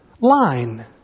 line